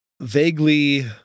vaguely